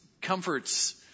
comforts